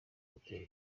gutera